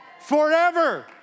forever